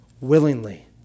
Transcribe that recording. willingly